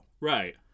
Right